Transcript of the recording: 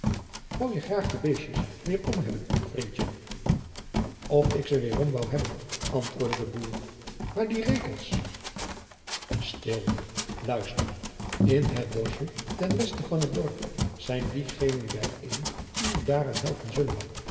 woû je graag je beestjens weêrom hebben vrindje of ik ze weêrom woû hebben antwoordde de boer maar die rekels stil luister in het boschje ten westen van het dorp zijn diegenen bijeen die u daaraan helpen zullen